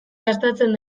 gastatzen